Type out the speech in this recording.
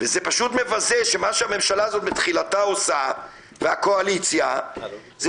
פשוט מבזה שמה שהממשלה הזאת והקואליציה מתחילתה עושה זה